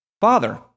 Father